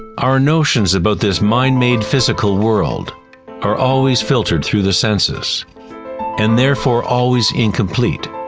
our notions about this mind-made physical world are always filtered through the senses and therefore always incomplete.